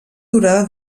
durada